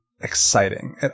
exciting